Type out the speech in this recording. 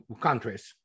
countries